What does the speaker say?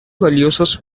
valiosos